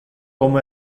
como